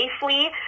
safely